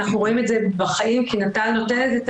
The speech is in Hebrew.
אנחנו רואים את זה בחיים כי נט"ל נותנת את